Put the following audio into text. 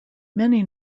many